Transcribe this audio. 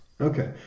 Okay